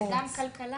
גם כלכלה